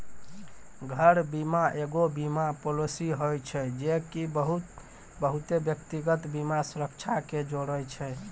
घर बीमा एगो बीमा पालिसी होय छै जे की बहुते व्यक्तिगत बीमा सुरक्षा के जोड़े छै